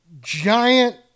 giant